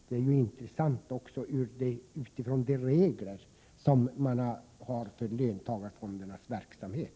Det är intressant också med tanke på de regler som man har för löntagarfondernas verksamhet.